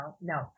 No